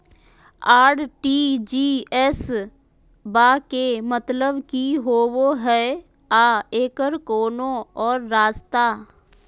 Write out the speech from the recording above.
RTGS बा के मतलब कि होबे हय आ एकर कोनो और रस्ता?